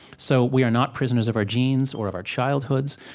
so we are not prisoners of our genes or of our childhoods.